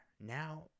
Now